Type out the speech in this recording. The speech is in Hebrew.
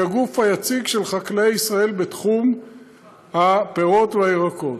שהיא הגוף היציג של חקלאי ישראל בתחום הפירות והירקות.